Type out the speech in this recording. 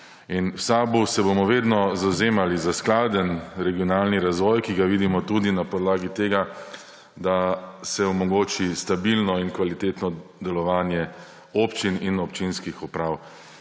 v SAB se bomo vedno zavzemali za skladen regionalni razvoj, ki ga vidimo tudi na podlagi tega, da se omogoči stabilno in kvalitetno delovanje občin in občinskih uprav.